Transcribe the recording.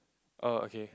oh okay